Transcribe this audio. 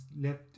left